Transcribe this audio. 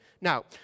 Now